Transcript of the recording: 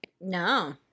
No